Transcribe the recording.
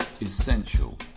essential